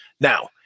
Now